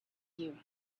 you